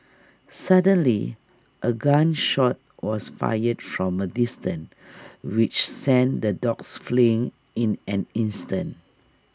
suddenly A gun shot was fired from A distance which sent the dogs fleeing in an instant